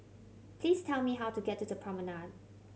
please tell me how to get to the Promenade